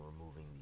removing